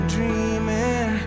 Dreaming